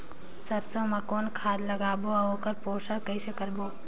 सरसो मा कौन खाद लगाबो अउ ओकर पोषण कइसे करबो?